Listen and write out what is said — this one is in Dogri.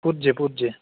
भुरजे भुरजे